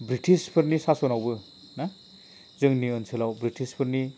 बृटिसफोरनि सासनावबो ना जोंनि ओनसोलाव बृटिसफोरनि